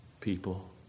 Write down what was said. people